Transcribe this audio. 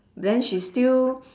then she still